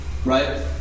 right